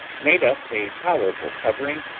made us a tolerable covering,